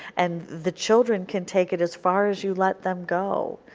and the children can take it as far as you let them go,